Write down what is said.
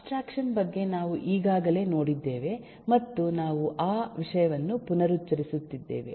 abstraction ಬಗ್ಗೆ ನಾವು ಈಗಾಗಲೇ ನೋಡಿದ್ದೇವೆ ಮತ್ತು ನಾವು ಆ ವಿಷಯವನ್ನು ಪುನರುಚ್ಚರಿಸುತ್ತಿದ್ದೇವೆ